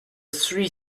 three